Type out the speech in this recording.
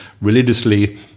religiously